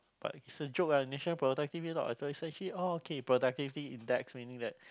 but it's a joke lah national productivity actually oh productivity index meaning that